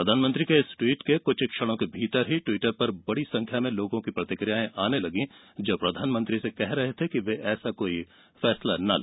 प्रधानमंत्री के इस ट्वीट के कुछ क्षणों के भीतर ही ट्विटर पर बडी संख्या में लोगों की प्रतिक्रियाएं आने लगी जो प्रधानमंत्री से कह रहे थे कि वे ऐसा कोई फैसला न ले